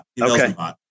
Okay